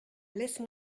laisse